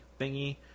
thingy